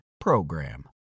PROGRAM